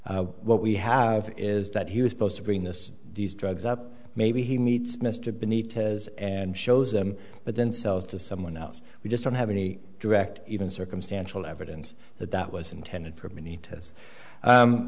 that what we have is that he was supposed to bring this these drugs up maybe he meets mr beneath his and shows them but then sells to someone else we just don't have any direct even circumstantial evidence that that was intended for many to u